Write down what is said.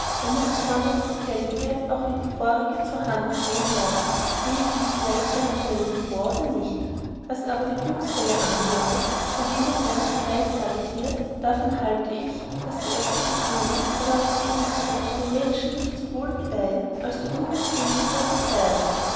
weil mir besorglich dieselbige auch wie die vorige zuhanden gehen werden ich sehe mich gleich für denselben vor oder nicht was aber die glücksfälle anbelanget von denen einem geweissaget wird davon halte ich daß sie öfter betrügen oder aufs wenigste den menschen nicht so wohl gedeihen als die unglückselige